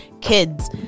kids